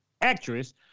actress